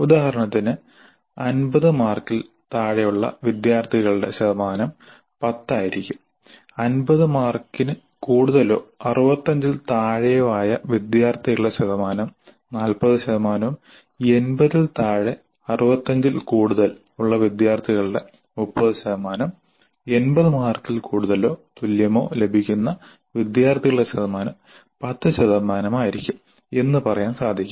ഉദാഹരണത്തിന് 50 മാർക്കിൽ താഴെയുള്ള വിദ്യാർത്ഥികളുടെ ശതമാനം 10 ആയിരിക്കും 50 മാർക്കിന് കൂടുതലോ 65 ൽ താഴെയോ ആയ വിദ്യാർത്ഥികളുടെ ശതമാനം 40 ശതമാനവും 80 ൽ താഴെ 65 ൽ കൂടുതലുള്ള വിദ്യാർത്ഥികളുടെ 30 ശതമാനം 80 മാർക്കിൽ കൂടുതലോ തുല്യമോ ലഭിക്കുന്ന വിദ്യാർത്ഥികളുടെ ശതമാനം 10 ശതമാനമായിരിക്കും എന്ന് പറയാൻ സാധിക്കും